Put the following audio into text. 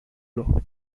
law